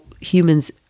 humans